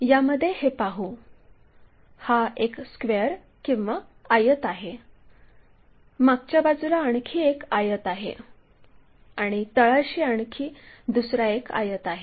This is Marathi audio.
यामध्ये हे पाहू हा एक स्क्वेअर किंवा आयत आहे मागच्या बाजूला आणखी एक आयत आहे आणि तळाशी आणखी दुसरा एक आयत आहे